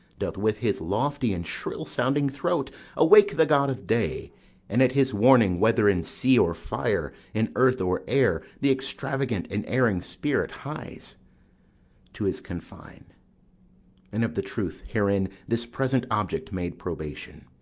doth with his lofty and shrill-sounding throat awake the god of day and at his warning, whether in sea or fire, in earth or air, the extravagant and erring spirit hies to his confine and of the truth herein this present object made probation.